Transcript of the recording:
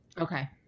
Okay